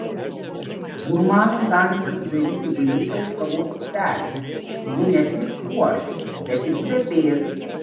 gurmanai gali pasidaryti vainiką iš kavos pupelių ji ne tik puoš bet ir kvepės